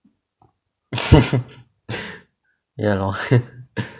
ya lor